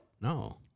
No